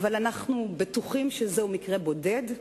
אבל, האם אנחנו בטוחים שזה מקרה בודד?